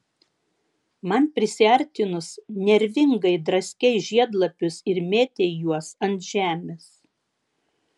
man prisiartinus nervingai draskei žiedlapius ir mėtei juos ant žemės